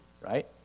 right